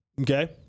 Okay